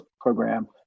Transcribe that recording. program